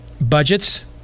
budgets